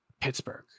pittsburgh